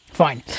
fine